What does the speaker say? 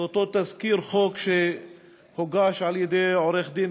זה אותו תזכיר חוק שהוגש על-ידי עורך-הדין